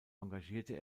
engagierte